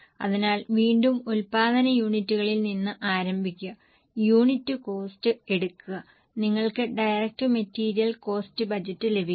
അതിനാൽ വീണ്ടും ഉൽപ്പാദന യൂണിറ്റുകളിൽ നിന്ന് ആരംഭിക്കുക യൂണിറ്റ് കോസ്ററ് എടുക്കുക നിങ്ങൾക്ക് ഡയറക്റ്റ് മെറ്റീരിയൽ കോസ്ററ് ബജറ്റ് ലഭിക്കും